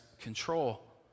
control